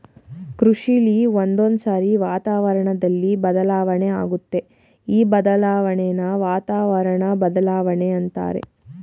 ಕೃಷಿಲಿ ಒಂದೊಂದ್ಸಾರಿ ವಾತಾವರಣ್ದಲ್ಲಿ ಬದಲಾವಣೆ ಆಗತ್ತೆ ಈ ಬದಲಾಣೆನ ವಾತಾವರಣ ಬದ್ಲಾವಣೆ ಅಂತಾರೆ